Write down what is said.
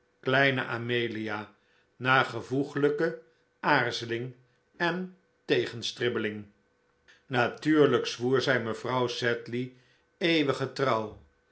kleine amelia na gevoeglijke aarzeling en tegenstribbeling natuurlijk zwoer zij mevrouw sedley eeuwige trouw